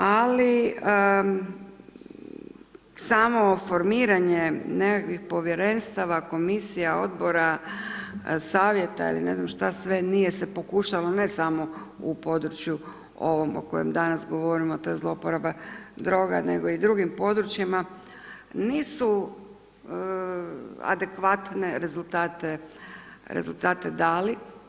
Ali, samo formiranje nekakvih povjerenstava, komisija, odbora, savjeta ili ne znam što sve nije se pokušalo ne samo u području ovom o kojem danas govorimo a to je zlouporaba droga, nego i o drugim područjima, nisu adekvatne rezultate dali.